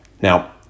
Now